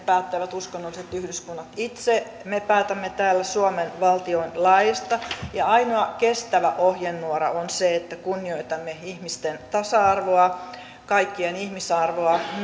päättävät uskonnolliset yhdyskunnat itse me päätämme täällä suomen valtion laeista ja ainoa kestävä ohjenuora on se että kunnioitamme ihmisten tasa arvoa kaikkien ihmisarvoa